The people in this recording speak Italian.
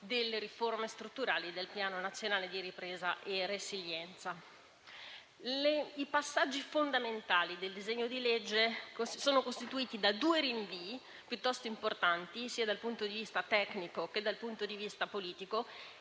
delle riforme strutturali del Piano nazionale di ripresa e resilienza. I passaggi fondamentali del disegno di legge sono costituiti da due rinvii piuttosto importanti, sia dal punto di vista tecnico che dal punto di vista politico,